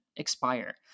expire